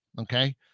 okay